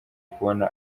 kubona